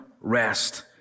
rest